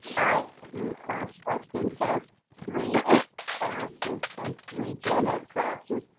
i e. class, student has three classes and three general ed classes,